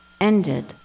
ended